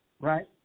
right